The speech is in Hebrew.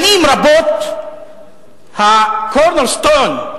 שנים רבות ה-corner stone,